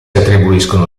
attribuiscono